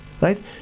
Right